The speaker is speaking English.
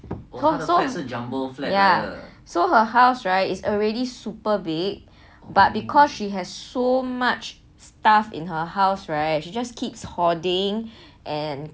so so ya so her house right it's already super big but because she has so much stuff in her house right she just keeps hoarding and